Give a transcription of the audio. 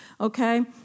okay